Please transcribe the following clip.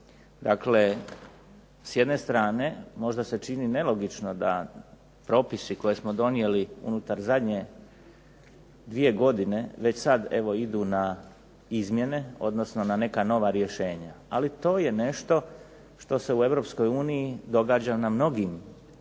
Dakle, s jedne strane možda se čini nelogično da propisi koje smo donijeli unutar zadnje dvije godine, već sada evo idu na izmjene odnosno na neka nova rješenja. Ali to je nešto što se u EU događa na mnogim područjima